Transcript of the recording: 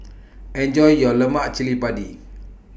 Enjoy your Lemak Cili Padi